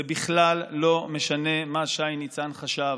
זה בכלל לא משנה מה שי ניצן חשב.